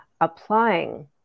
Applying